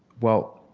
well,